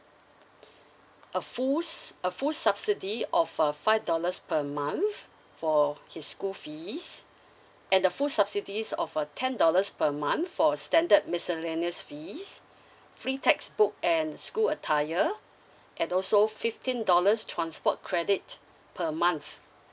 a full a full subsidy of a five dollars per month for his school fees and the full subsidies of a ten dollars per month for standard miscellaneous fees free textbook and school attire and also fifteen dollars transport credit per month